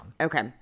Okay